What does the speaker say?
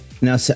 Now